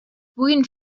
puguin